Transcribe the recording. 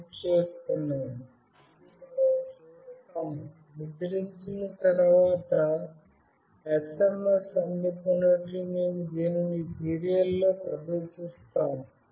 ఇదిమనం చూస్తాము ముద్రించిన తర్వాత SMS అందుకున్నట్లు మేము దీనిని సీరియల్లో ప్రదర్శిస్తాము